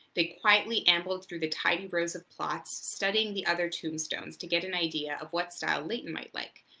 they quietly ampled through the tidy rows of plots studying the other tombstones to get an idea of what style layton might like.